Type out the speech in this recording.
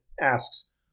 asks